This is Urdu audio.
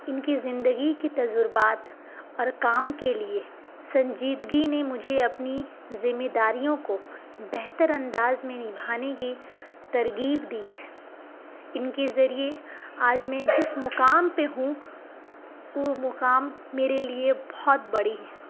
ان کی زندگی کی تجربات اور کام کے لیے سنجیدگی نے مجھے اپنی ذمہ داریوں کو بہتر انداز میں نبھانے کی ترغیب دی ہے ان کے ذریعے آج میں جس مقام پہ ہوں وہ مقام میرے لیے بہت بڑی ہے